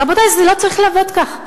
רבותי, זה לא צריך לעבוד כך.